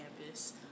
campus